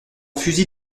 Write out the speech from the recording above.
fusil